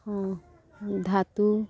ହଁ ଧାତୁ